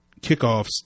kickoffs